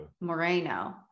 Moreno